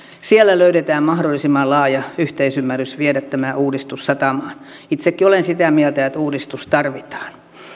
siellä löydetään mahdollisimman laaja yhteisymmärrys viedä tämä uudistus satamaan itsekin olen sitä mieltä että uudistus tarvitaan